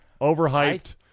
overhyped